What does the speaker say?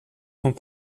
sont